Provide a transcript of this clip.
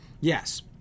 Yes